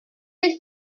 his